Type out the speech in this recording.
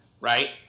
right